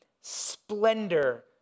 splendor